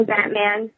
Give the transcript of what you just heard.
Batman